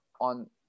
on